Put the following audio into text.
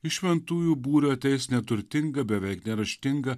iš šventųjų būrio ateis neturtinga beveik neraštinga